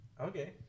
Okay